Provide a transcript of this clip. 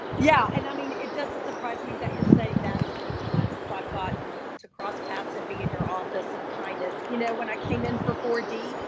yeah and i mean it doesn't surprise me that you're saying that as many times as i've gotten to cross paths and be in your office and kindness. you know when i came in for four d,